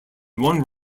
one